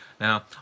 Now